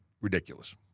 ridiculous